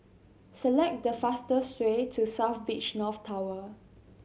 select the fastest way to South Beach North Tower